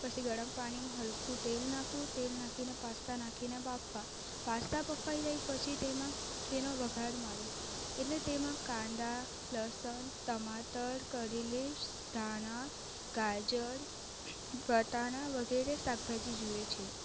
પછી ગરમ પાણીમાં હલકું તેલ નાખવું તેલ નાખીને પાસ્તા નાખીને બાફવા પાસ્તા બફાઈ જાય પછી તેમાં તેનો વઘાર મારવો એટલે તેમાં કાંદા લસણ ટમાટર કરી લીવ્સ ધાણા ગાજર વટાણા વગેરે શાકભાજી જોઈએ છે